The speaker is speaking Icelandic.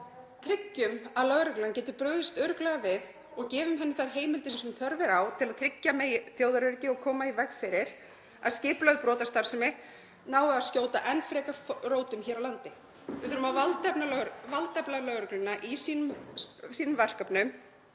Tryggjum að lögreglan geti brugðist örugglega við og gefum henni þær heimildir sem þörf er á til að tryggja megi þjóðaröryggi og koma í veg fyrir að skipulögð brotastarfsemi nái að skjóta enn frekar rótum hér á landi. Við þurfum að valdefla lögregluna í sínum verkefnum